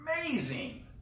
amazing